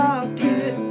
pocket